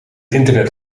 internet